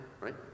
right